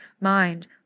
mind